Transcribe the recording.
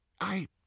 I—